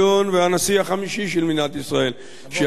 והנשיא החמישי של מדינת ישראל, שישב באולם.